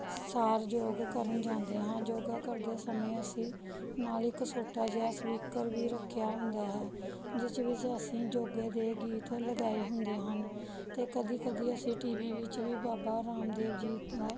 ਸਾਰ ਯੋਗ ਕਰਨ ਜਾਂਦੇ ਹਾਂ ਯੋਗਾ ਕਰਦੇ ਸਮੇਂ ਅਸੀਂ ਨਾਲ ਇੱਕ ਛੋਟਾ ਜਿਹਾ ਸਪੀਕਰ ਵੀ ਰੱਖਿਆ ਹੁੰਦਾ ਹੈ ਜਿਸ ਵਿੱਚ ਅਸੀਂ ਯੋਗੇ ਦੇ ਗੀਤ ਲਗਾਏ ਹੁੰਦੇ ਹਨ ਅਤੇ ਕਦੀ ਕਦੀ ਅਸੀਂ ਟੀ ਵੀ ਵਿੱਚ ਵੀ ਬਾਬਾ ਰਾਮਦੇਵ ਜੀ ਦਾ